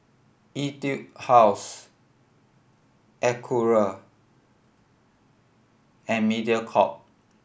Etude House Acura and Mediacorp